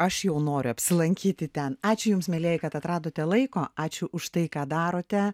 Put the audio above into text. aš jau noriu apsilankyti ten ačiū jums mielieji kad atradote laiko ačiū už tai ką darote